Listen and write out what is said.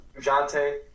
Jante